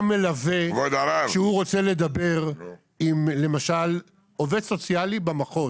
גם מלווה שרוצה לדבר עם למשל עובד סוציאלי במחוז,